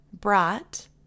brought